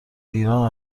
ایران